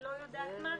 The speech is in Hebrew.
לא יודעת מה,